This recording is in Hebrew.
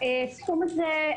הסכום הזה,